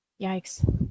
yikes